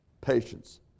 patience